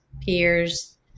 peers